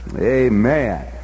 Amen